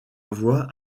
voie